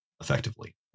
effectively